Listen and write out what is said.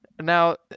Now